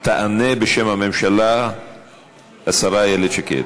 ותענה בשם הממשלה השרה איילת שקד.